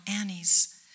Annie's